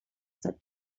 that